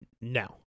No